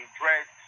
dread